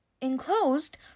Enclosed